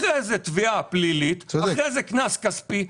אחר כך תביעה פלילית ואחר כך קנס כספי.